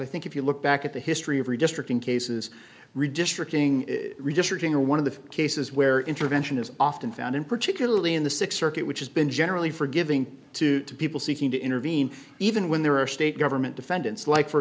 i think if you look back at the history of redistricting cases redistricting redistricting or one of the cases where intervention is often found in particularly in the six circuit which has been generally forgiving to people seeking to intervene even when there are state government defendants like for